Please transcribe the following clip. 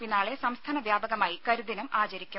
P നാളെ സംസ്ഥാന വ്യാപകമായി കരി ദിനം ആചരിക്കും